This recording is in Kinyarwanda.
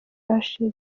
ashes